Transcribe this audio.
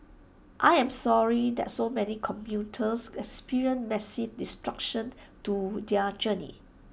I am sorry that so many commuters experienced massive disruptions to their journeys